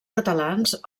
catalans